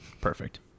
perfect